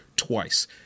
twice